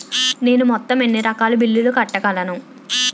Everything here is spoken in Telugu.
నేను మొత్తం ఎన్ని రకాల బిల్లులు కట్టగలను?